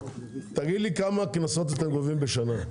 תגיד לי כמה קנסות אתם גובים בשנה.